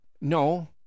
No